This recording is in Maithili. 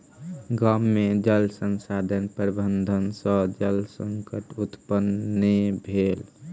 गाम में जल संसाधन प्रबंधन सॅ जल संकट उत्पन्न नै भेल